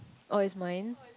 oh is mine